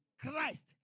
Christ